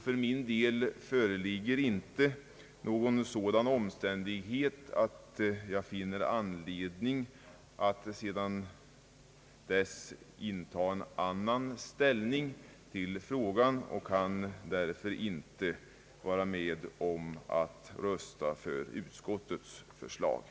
För min del föreligger inte någon sådan omständighet, att jag finner anledning att sedan dess inta en annan ståndpunkt till frågan, och jag kan därför inte vara med om att rösta för utskottets hemställan.